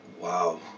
Wow